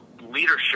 leadership